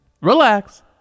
relax